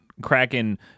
Kraken